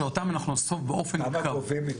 שאותם אנחנו נחשוף באופן קבוע.